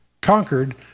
conquered